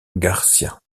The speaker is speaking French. garcía